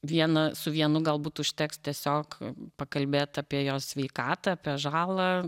viena su vienu galbūt užteks tiesiog pakalbėt apie jos sveikatą apie žalą